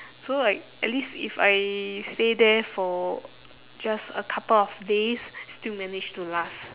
so like at least if I stay there for just a couple of days still manage to last